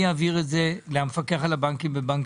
אני אעביר את זה למפקח על הבנקים בבנק